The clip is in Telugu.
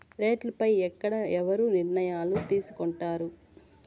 రేట్లు పై ఎక్కడ ఎవరు నిర్ణయాలు తీసుకొంటారు?